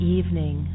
evening